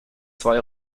zwei